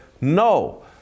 no